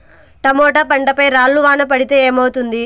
Tomato పంట పై రాళ్లు వాన పడితే ఏమవుతుంది?